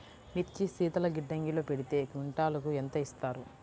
మిర్చి శీతల గిడ్డంగిలో పెడితే క్వింటాలుకు ఎంత ఇస్తారు?